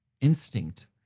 instinct